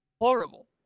horrible